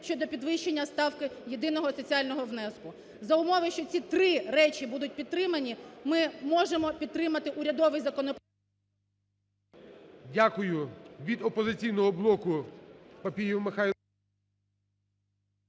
щодо підвищення ставки єдиного соціального внеску. За умови, що ці три речі будуть підтримані, ми можемо підтримати урядовий законопроект…